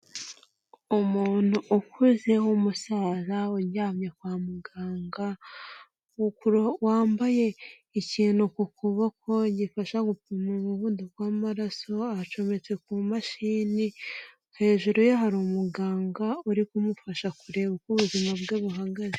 Umuntu ukuze w'umusaza uryamye kwa muganga wambaye ikintu ku kuboko gifasha gupima umuvunduko w'amaraso acometse ku mashini, hejuru ye hari umuganga uri kumufasha kureba uko ubuzima bwe buhagaze.